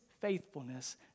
faithfulness